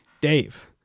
Dave